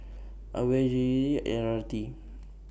AWARE L R T